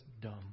dumb